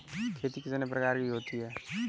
खेती कितने प्रकार की होती है?